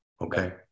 Okay